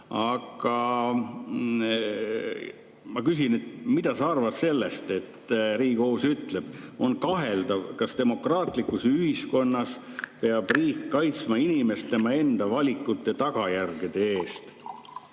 Aga ma küsin, mida sa arvad sellest, et Riigikohus ütleb, et on kaheldav, kas demokraatlikus ühiskonnas peab riik kaitsma inimest tema enda valikute tagajärgede eest.